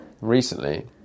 recently